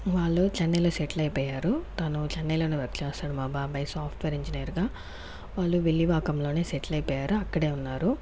వాళ్ళు చెన్నైలో సెటిల్ అయిపోయారు తను చెన్నైలోనే వర్కు చేస్తాడు మా బాబయ్య సాఫ్ట్వేర్ ఇంజినీర్ గా వాళ్ళు విల్లివాకంలోనే సెటిల్ అయిపోయారు అక్కడే ఉన్నారు